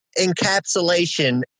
encapsulation